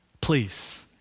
Please